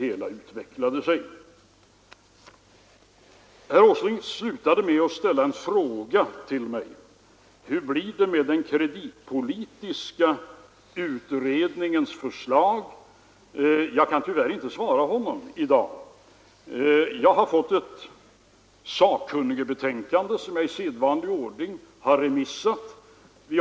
Då jag tillät mig redovisa uppfattningen att vi bör hålla beredskap för olika utvecklingsmönster kan det synas som något överraskande just i dag, när vi kommenterar och beslutar om en kraftig stimulans till konjunkturen.